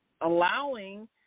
allowing